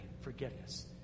forgiveness